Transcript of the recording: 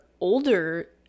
older